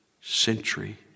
Century